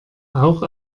auch